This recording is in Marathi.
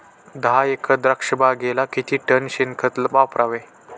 दहा एकर द्राक्षबागेला किती टन शेणखत वापरावे?